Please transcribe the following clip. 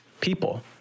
people